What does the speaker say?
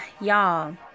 Y'all